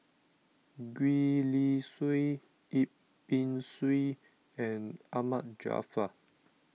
Gwee Li Sui Yip Pin Xiu and Ahmad Jaafar